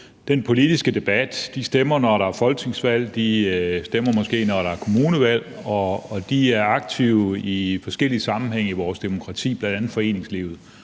den politiske debat, og de stemmer, når der er folketingsvalg, de stemmer måske, når der er kommunalvalg, og de er aktive i forskellige sammenhænge i vores demokrati, bl.a. foreningslivet,